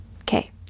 Okay